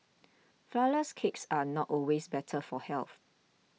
Flourless Cakes are not always better for health